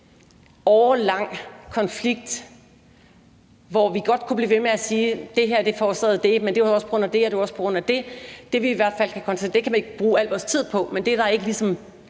årelang konflikt, hvor vi godt kunne blive ved med at sige, at det her er forårsaget af det, men at det også var på grund af det og på grund af det. Det kan vi ikke bruge al vores tid på, men det er der ligesom